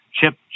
Chip